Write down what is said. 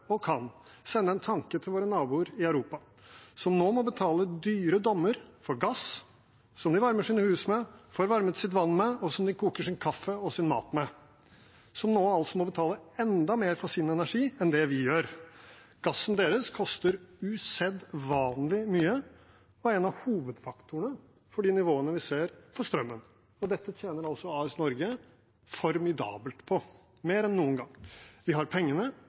sende en tanke til våre naboer i Europa, som nå må betale i dyre dommer for gass som de varmer sine hus med, varmer sitt vann med og koker sin kaffe og mat med, som nå altså må betale enda mer for sin energi enn det vi gjør. Gassen deres koster usedvanlig mye og er en av hovedfaktorene for de nivåene vi ser for strømmen. Dette tjener altså AS Norge formidabelt på – mer enn noen gang. Vi har pengene,